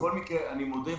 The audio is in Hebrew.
בכל מקרה אני מודה,